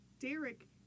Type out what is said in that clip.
Derek